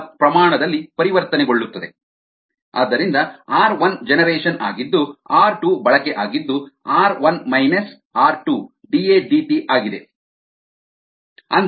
ಆದ್ದರಿಂದ R 1 generation ಆಗಿದ್ದು R 2 ಬಳಕೆ ಆಗಿದ್ದು R 1 minus R 2 DA DT ಆಗಿದೆ